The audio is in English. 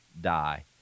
die